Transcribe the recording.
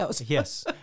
Yes